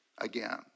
again